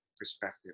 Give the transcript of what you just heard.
perspective